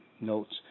notes